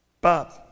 Bob